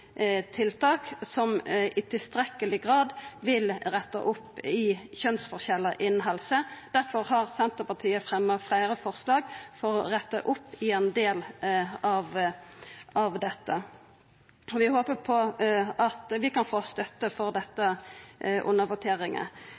tiltak som i tilstrekkeleg grad vil retta opp i kjønsforskjellar innan helse. Difor har Senterpartiet fremja fleire forslag for å retta opp i ein del av dette. Vi håpar at vi kan få støtte for dette under